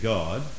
God